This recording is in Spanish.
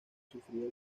sufrir